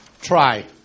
Try